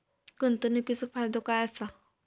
गुंतवणीचो फायदो काय असा?